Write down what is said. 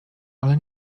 ale